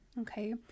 okay